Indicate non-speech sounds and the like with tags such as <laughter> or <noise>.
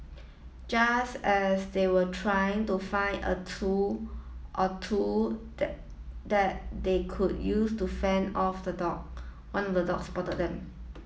just as they were trying to find a tool or two <unintelligible> that they could use to fend off the dog one of the dogs spotted them